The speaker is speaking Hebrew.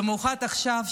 במיוחד עכשיו,